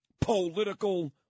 Political